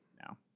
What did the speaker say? now